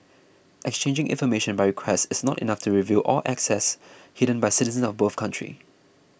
exchanging information by request is not enough to reveal all assets hidden by citizens of both countries